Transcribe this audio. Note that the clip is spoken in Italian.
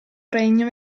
regno